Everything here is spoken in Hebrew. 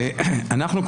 ואנחנו,